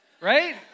right